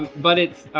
but it's,